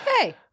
Hey